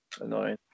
annoying